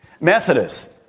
Methodist